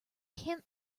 can’t